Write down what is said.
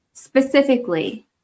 Specifically